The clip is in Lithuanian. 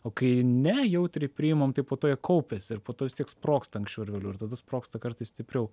o kai nejautriai priimam tai po to jie kaupiasi ir po to vis tiek sprogsta anksčiau ar vėliau ir tada sprogsta kartais stipriau